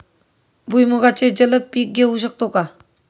भुईमुगाचे जलद पीक घेऊ शकतो का?